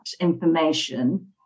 information